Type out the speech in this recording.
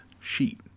sheet